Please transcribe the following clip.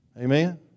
Amen